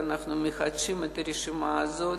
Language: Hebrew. אנחנו מחדשים את הרשימה הזאת,